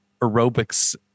aerobics